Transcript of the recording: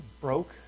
broke